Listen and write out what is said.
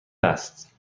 است